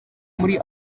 muri